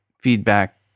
feedback